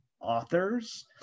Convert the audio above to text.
authors